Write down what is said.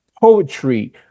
poetry